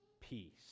peace